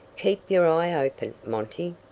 keep your eye open, monty.